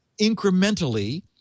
incrementally